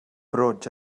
brots